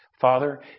Father